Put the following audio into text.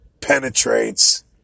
penetrates